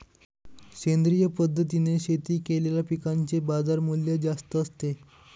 सेंद्रिय पद्धतीने शेती केलेल्या पिकांचे बाजारमूल्य जास्त असते